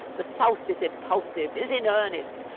the south is impulsive, is in earnest,